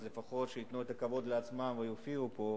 אז לפחות שייתנו את הכבוד לעצמם ויופיעו פה.